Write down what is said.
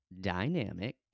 dynamic